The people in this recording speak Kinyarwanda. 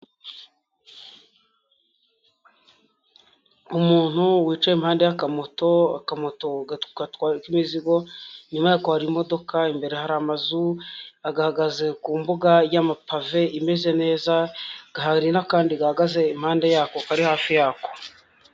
Umuntu wicaye impande y'akamoto, akamoto gatwara imizigo. Inyuma yako hari imodoka, imbere hari amazu. Gagahagaze ku mbuga y'amapave imeze neza hari n'akandi gahagaze impande yako kari hafi yako.